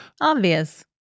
Obvious